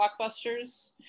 blockbusters